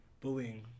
bullying